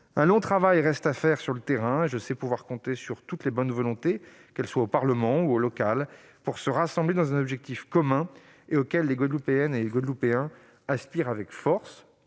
Un long travail reste à faire sur le terrain. Je sais pouvoir compter sur toutes les bonnes volontés, au Parlement ou au niveau local, pour nous rassembler autour d'un objectif commun auquel les Guadeloupéennes et les Guadeloupéens aspirent avec force,